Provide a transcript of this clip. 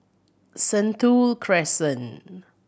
Sentul Crescent